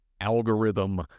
algorithm